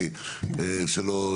כי שלא,